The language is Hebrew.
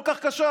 כל כך קשה,